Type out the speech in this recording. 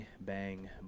Bang